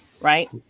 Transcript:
Right